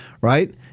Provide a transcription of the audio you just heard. right